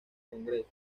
congreso